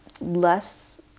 less